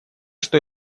что